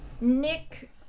nick